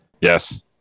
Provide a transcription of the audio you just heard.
Yes